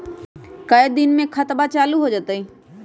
कई दिन मे खतबा चालु हो जाई?